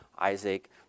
Isaac